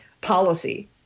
policy